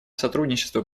сотрудничество